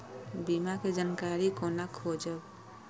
बीमा के जानकारी कोना खोजब?